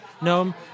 No